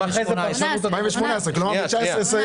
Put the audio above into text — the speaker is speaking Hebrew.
כלומר ב-2019,